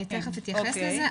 תכף אתייחס לזה.